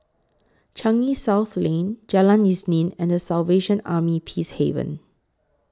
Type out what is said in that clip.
Changi South Lane Jalan Isnin and The Salvation Army Peacehaven